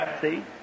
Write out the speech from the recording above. See